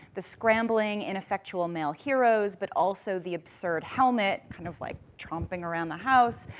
the scrambling, ineffectual male heroes, but also the absurd helmet kind of like tromping around the house,